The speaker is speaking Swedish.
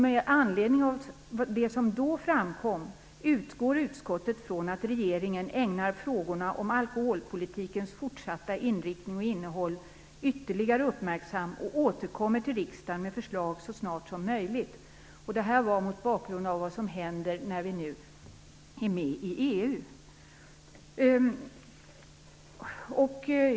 Med anledning av det som då framkom utgår utskottet ifrån att regeringen ägnar frågorna om alkoholpolitikens fortsatta inriktning och innehåll ytterligare uppmärksamhet och återkommer till riksdagen med förslag så snart som möjligt - detta mot bakgrund av det som händer när vi nu är med i EU.